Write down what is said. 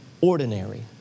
ordinary